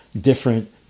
different